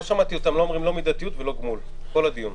לא שמעתי אותם אומרים לא מידתיות ולא גמול כל הדיון.